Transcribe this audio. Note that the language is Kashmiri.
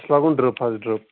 اَسہِ چھُ لاگُن ڈرٛپ حظ ڈرٛپ